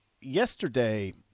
Yesterday